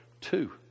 two